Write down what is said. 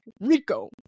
Rico